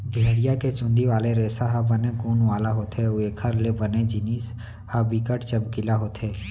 भेड़िया के चुंदी वाले रेसा ह बने गुन वाला होथे अउ एखर ले बने जिनिस ह बिकट चमकीला होथे